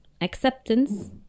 acceptance